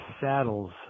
saddles